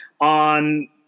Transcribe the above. on